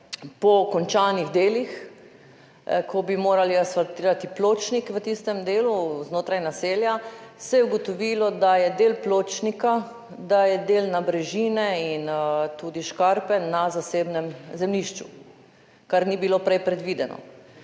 po končanih delih, ko bi morali asfaltirati pločnik v tistem delu znotraj naselja, se je ugotovilo, da je del pločnika, del nabrežine in tudi škarpe na zasebnem zemljišču, kar prej ni bilo predvideno.